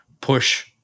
push